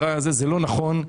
אבל זה לא נכון.